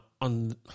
on